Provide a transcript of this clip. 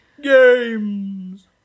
Games